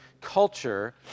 culture